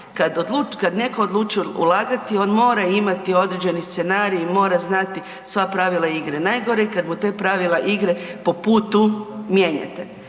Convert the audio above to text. Kad netko odluči ulagati, on mora imati određeni scenarij i mora znati sva pravila igre. Najgore kad mu ta pravila igre po putu mijenjate.